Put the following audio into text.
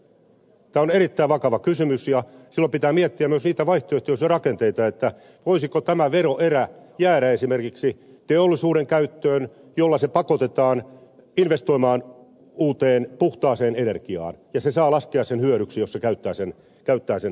tämä on erittäin vakava kysymys ja silloin pitää miettiä myös niitä vaihtoehtoisia rakenteita eli sitä voisiko tämä veroerä jäädä esimerkiksi teollisuuden käyttöön ja sillä se pakotetaan investoimaan uuteen puhtaaseen energiaan ja teollisuus saa laskea sen hyödyksi jos se käyttää sen siihen